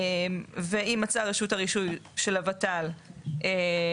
ואם מצאה רשות הרישוי של הוות"ל שההחלטה